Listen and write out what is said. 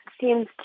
seems